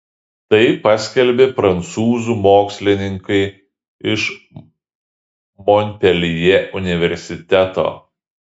tai paskelbė prancūzų mokslininkai iš monpeljė universiteto